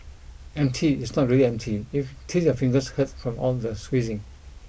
empty is not really empty if till your fingers hurt from all the squeezing